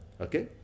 okay